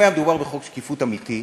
אם היה מדובר בחוק שקיפות אמיתית,